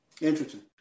Interesting